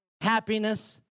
happiness